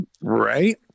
Right